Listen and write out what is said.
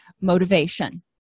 motivation